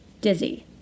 dizzy